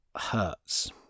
hurts